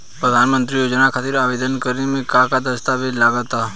प्रधानमंत्री योजना खातिर आवेदन करे मे का का दस्तावेजऽ लगा ता?